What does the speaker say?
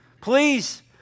Please